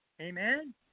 Amen